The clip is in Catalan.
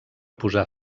posar